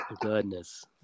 goodness